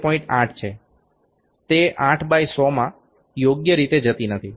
8 છે તે 8 બાય 100માં યોગ્ય રીતે જતી નથી